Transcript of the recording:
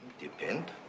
Depend